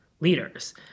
leaders